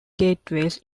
gateways